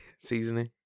Seasoning